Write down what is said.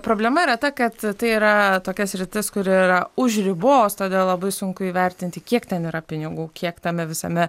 problema yra ta kad tai yra tokia sritis kuri yra už ribos todėl labai sunku įvertinti kiek ten yra pinigų kiek tame visame